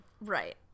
Right